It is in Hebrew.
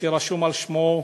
שרשום על שמו,